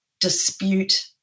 dispute